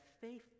faith